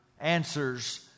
answers